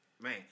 Man